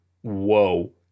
Whoa